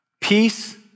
Peace